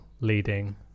leading